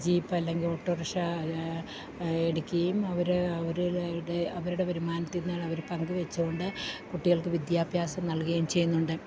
ജീപ്പല്ലെങ്കില് auto rickshaw എടുക്കുകയും അവര് അവരുടെ വരുമാനത്തില്നിന്നാണ് അവര് പങ്ക് വച്ചുകൊണ്ട് കുട്ടികൾക്കു വിദ്യാഭ്യാസം നൽകുകയും ചെയ്യുന്നുണ്ട്